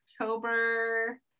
October